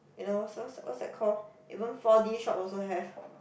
you know so what what's that called even four D shop also have